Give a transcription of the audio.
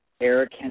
Eric